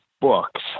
books